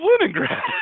Leningrad